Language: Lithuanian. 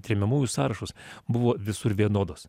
tremiamųjų sąrašus buvo visur vienodos